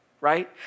right